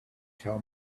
tell